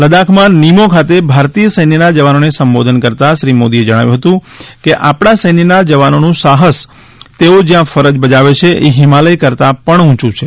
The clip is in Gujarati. લ દ્વાખમાં નિમો ખાતે ભારતીય સૈન્યના જવાનો ને સંબોધન કરતા શ્રી મોદીએ એ જણાવ્યું હતું કે આપણા સૈન્યના જવાનોનું સાહસ તેઓ જ્યાં ફરજ બજાવે છે એ હિમાલય કરતા પણ ઊંચું છે